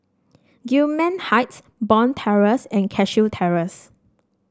Gillman Heights Bond Terrace and Cashew Terrace